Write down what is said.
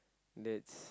that's